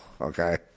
okay